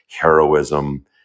heroism